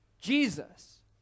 Jesus